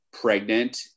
pregnant